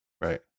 Right